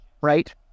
right